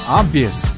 obvious